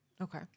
Okay